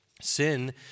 sin